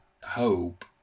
hope